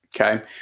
Okay